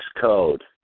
code